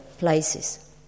places